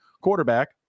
quarterback